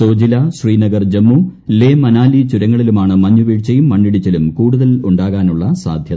സോജില ശ്രീനഗർ ജമ്മു ലേ മനാലി ചുരങ്ങളിലുമാണ് മഞ്ഞു വീഴ്ചയും മണ്ണിടിച്ചിലും കൂടുതൽ ഉണ്ടാകാനുള്ള സാധ്യത